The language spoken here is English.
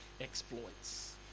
exploits